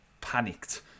panicked